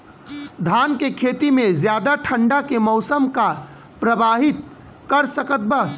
धान के खेती में ज्यादा ठंडा के मौसम का प्रभावित कर सकता बा?